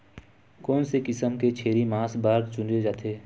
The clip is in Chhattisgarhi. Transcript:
कोन से किसम के छेरी मांस बार चुने जाथे?